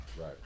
Right